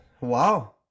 Wow